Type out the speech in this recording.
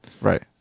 Right